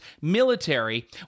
military